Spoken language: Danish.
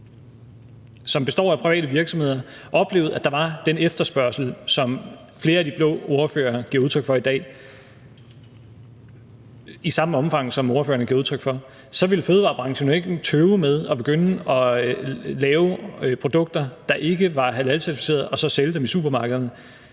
som består af private virksomheder, oplevede, at der var den efterspørgsel, som flere af de blå ordførere giver udtryk for i dag, i samme omfang, som ordførerne giver udtryk for, så ville fødevarebranchen jo ikke tøve med at begynde at lave produkter, der ikke var halalcertificerede, og sælge dem i supermarkederne.